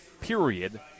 period